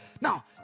now